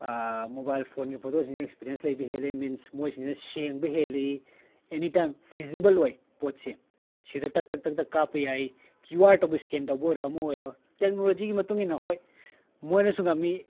mobile ꯐꯣꯟꯒꯤ ꯐꯣꯇꯣꯁꯤꯡꯁꯦ experience ꯂꯩꯕ ꯍꯦꯜꯂꯦ ꯃꯤꯟꯁ ꯃꯣꯏꯁꯤꯡꯁꯤꯅ ꯁꯦꯡꯕ ꯍꯦꯜꯂꯤ ꯑꯦꯅꯤ ꯇꯥꯏꯝ ꯐꯤꯖꯤꯕꯜ ꯑꯣꯏ ꯄꯣꯠꯁꯤ ꯁꯤꯗ ꯇꯛ ꯇꯛ ꯇꯛ ꯇꯛ ꯀꯥꯞꯄ ꯌꯥꯏ ꯀ꯭ꯌꯨ ꯑꯥꯔ ꯇꯧꯕ ꯏꯁꯀꯦꯟ ꯇꯧꯕ ꯑꯣꯏꯔꯣ ꯑꯃ ꯑꯣꯏꯔꯣ ꯇꯦꯛꯅꯣꯂꯣꯖꯤꯒꯤ ꯃꯇꯨꯡꯏꯟꯅ ꯍꯣꯏ ꯃꯣꯏꯅꯁꯨ ꯉꯝꯃꯤ